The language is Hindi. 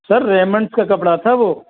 सर रेमंड का कपड़ा था वो